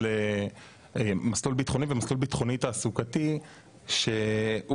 מסלול ביטחוני ומסלול ביטחוני תעסוקתי שהוא